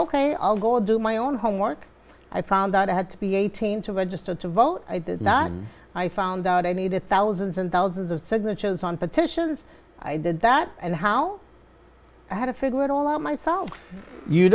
ok i'll go do my own homework i found out i had to be eighteen to register to vote that i found out i needed thousands and thousands of signatures on petitions i did that and how i had to figure it all out myself you